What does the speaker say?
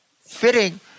fitting